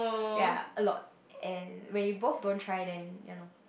ya a lot and when you both don't try then ya loh